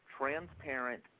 transparent